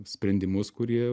sprendimus kurie